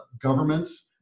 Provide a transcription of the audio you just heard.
governments